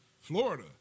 Florida